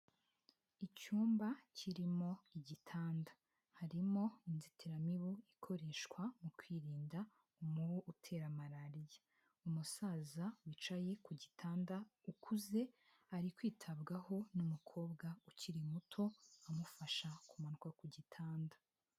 Icyumba kirimo igitanda harimo inzitiramibu ikoreshwa mu kwirinda umubu utera malariya, umusaza wicaye ku gitanda ukuze ari kwitabwaho n'umukobwa ukiri muto amufasha kumanuka ku gitanda.